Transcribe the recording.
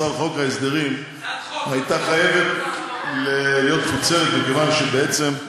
הייתה חייבת להיות מפוצלת, מכיוון שבעצם,